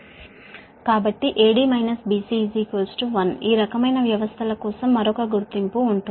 కాబట్టి AD BC 1 ఈ రకమైన వ్యవస్థల కోసం మరొక గుర్తింపు ఉంటుంది